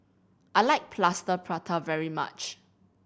I like Plaster Prata very much